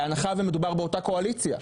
בהנחה ומדובר באותה קואליציה.